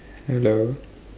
hello